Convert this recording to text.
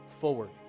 forward